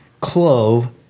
clove